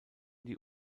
die